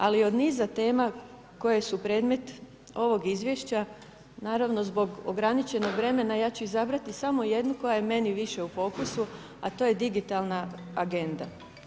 Ali od niza tema koje su predmet ovog izvješća naravno zbog ograničenog vremena ja ću izabrati samo jednu koja je meni više u fokusu, a to je digitalna agenda.